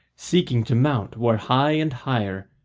seeking to mount where high and higher,